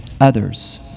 others